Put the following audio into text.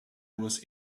was